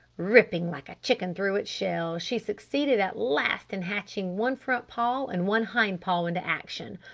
ripping like a chicken through its shell she succeeded at last in hatching one front paw and one hind paw into action.